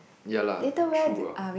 ya lah true ah